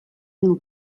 mil